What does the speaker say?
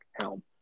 helm